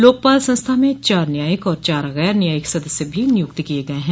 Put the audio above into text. लोकपाल संस्था में चार न्यायिक और चार गैर न्यायिक सदस्य भी नियुक्त किये गये हैं